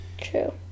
true